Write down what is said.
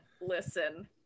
listen